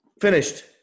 Finished